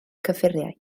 cyffuriau